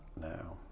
now